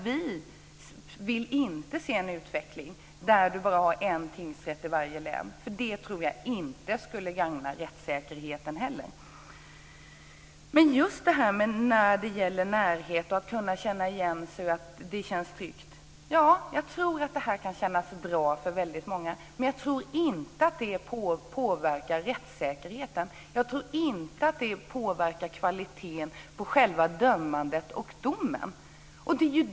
Vi vill inte se en utveckling med en tingsrätt i varje län. Det tror inte jag heller skulle gagna rättssäkerheten. När det gäller närhet och trygghet tror jag att det kan kännas bra för många. Men jag tror inte att det påverkar rättssäkerheten och kvaliteten på dömandet och domen.